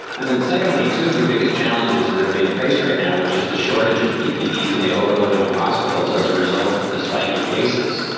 and then secondly, two of the biggest challenges. they they're being faced right now, which is the shortage of ppd and the overloading of hospitals as a result of the spike in cases